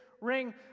ring